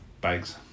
bags